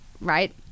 Right